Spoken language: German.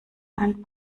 ein